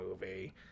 movie